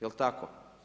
Jel tako?